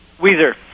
Weezer